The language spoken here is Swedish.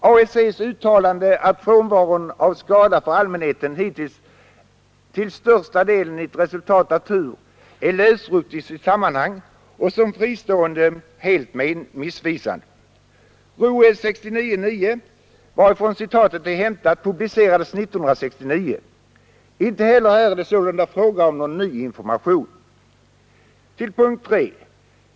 AEC:s uttalande att frånvaron av skada för allmänheten hittills är ”till största delen ett resultat av tur” är lösryckt ur sitt sammanhang och som fristående helt missvisande. ROE-69-9, varifrån citatet är hämtat, publicerades 1969. Inte heller här är det sålunda fråga om någon ny information. 3.